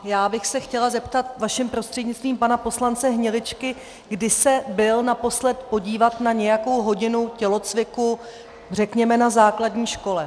Já bych se chtěla zeptat vaším prostřednictvím pana poslance Hniličky, kdy se byl naposledy podívat na nějakou hodinu tělocviku řekněme na základní škole.